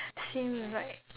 same l~ like